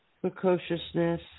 precociousness